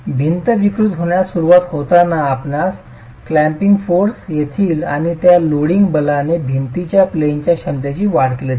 भिंत विकृत होण्यास सुरवात होताना आपणास क्लॅम्पिंग फोर्स येतील आणि त्या लँडिंग बलाने भिंतीच्या प्लेनच्या क्षमतेची वाढ केली जाईल